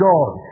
God